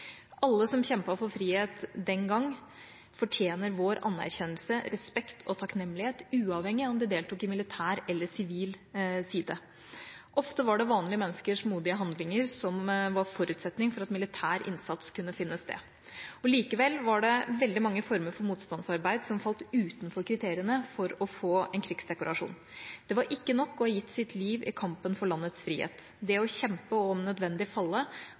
Alle som kjempet for frihet den gang, fortjener vår anerkjennelse, respekt og takknemlighet, uavhengig av om de deltok på militær eller sivil side. Ofte var det vanlige menneskers modige handlinger som var forutsetningen for at militær innsats kunne finne sted. Likevel var det veldig mange former for motstandsarbeid som falt utenfor kriteriene for å få en krigsdekorasjon. Det var ikke nok å ha gitt sitt liv i kampen for landets frihet. Det å kjempe og om nødvendig falle